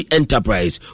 enterprise